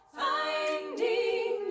finding